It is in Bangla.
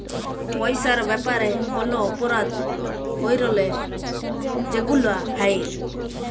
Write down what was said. পইসার ব্যাপারে কল অপরাধ ক্যইরলে যেগুলা হ্যয়